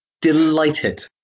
delighted